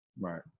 Right